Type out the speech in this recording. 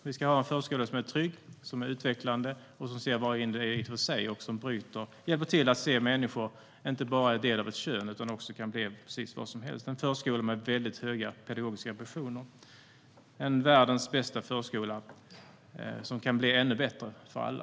Vi ska ha en förskola som är trygg och utvecklande och som ser varje individ för sig. Den ska hjälpa till att se människan inte bara som en del av ett kön utan som någon som kan bli precis vad som helst. Vi ska ha en förskola med höga pedagogiska ambitioner - en världens bästa förskola som kan bli ännu bättre för alla.